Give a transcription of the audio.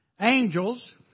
angels